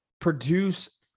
produce